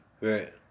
Right